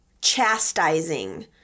chastising